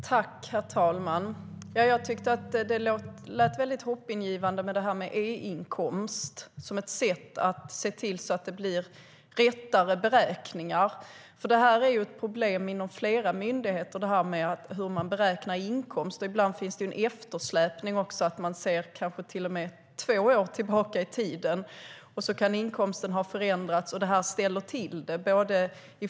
Herr talman! Jag tyckte att det lät väldigt hoppingivande med e-inkomst som ett sätt att se till att det blir mer korrekta beräkningar. Hur man beräknar inkomst är ett problem inom flera myndigheter. Ibland finns det en eftersläpning också. Man kanske till och med ser två år tillbaka i tiden, och så kan inkomsten ha förändrats. Det här ställer till det.